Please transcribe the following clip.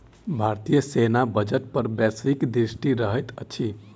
भारतीय सेना बजट पर वैश्विक दृष्टि रहैत अछि